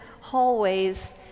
hallways